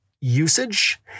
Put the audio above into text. usage